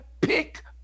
pick